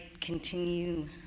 continue